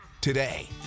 today